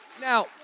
now